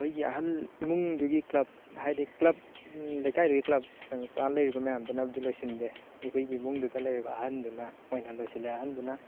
ꯑꯩꯈꯣꯏꯒꯤ ꯑꯍꯜ ꯏꯃꯨꯡꯗꯨꯒꯤ ꯀ꯭ꯂꯕ ꯍꯥꯏꯗꯤ ꯀ꯭ꯂꯕ ꯂꯩꯀꯥꯏꯗꯨꯒꯤ ꯀ꯭ꯂꯕ ꯁꯪꯁꯊꯥꯟ ꯂꯩꯔꯤꯕ ꯃꯌꯥꯝꯗꯨꯅꯕꯨꯗꯤ ꯂꯣꯏꯁꯤꯟꯕꯤ ꯑꯩꯈꯣꯏꯒꯤ ꯏꯃꯨꯡꯗꯨꯗ ꯂꯩꯔꯤꯕ ꯑꯍꯟꯗꯨꯅ ꯃꯣꯏꯅ ꯂꯣꯏꯁꯤꯜꯂꯦ ꯑꯍꯟꯗꯨꯅ